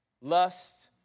lust